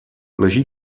leží